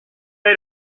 est